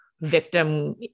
Victim